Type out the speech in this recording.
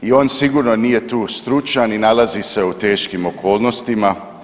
I on sigurno nije tu stručan i nalazi se u teškim okolnostima.